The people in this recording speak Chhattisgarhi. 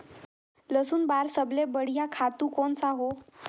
लसुन बार सबले बढ़िया खातु कोन सा हो?